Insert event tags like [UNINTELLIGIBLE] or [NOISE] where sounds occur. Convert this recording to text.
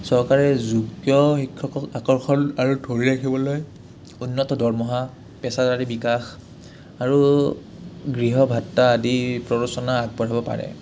চৰকাৰে যোগ্য শিক্ষক আকৰ্ষণ আৰু ধৰি ৰাখিবলৈ উন্নত দৰমহা প্ৰেচাৰী বিকাশ আৰু গৃহ ভাত্তা আদি [UNINTELLIGIBLE] আগবঢ়াব পাৰে